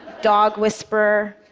dog whisperer,